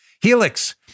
Helix